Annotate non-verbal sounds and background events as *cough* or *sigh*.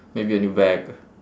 maybe a new bag *noise*